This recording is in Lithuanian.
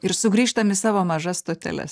ir sugrįžtam į savo mažas stoteles ne taip